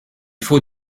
faut